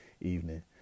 evening